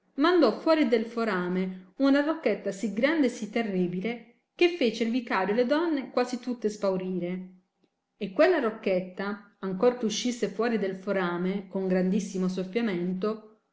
mandò fuori del forame una rocchetta sì grande e sì terribile che fece il vicario e le donne quasi tutte spaurire e quella rocchetta ancor che uscisse fuori del forame con grandissimo soffiamento